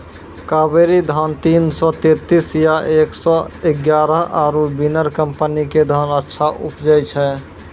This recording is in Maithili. कावेरी धान तीन सौ तेंतीस या एक सौ एगारह आरु बिनर कम्पनी के धान अच्छा उपजै छै?